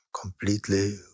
completely